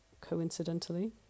coincidentally